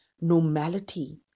normality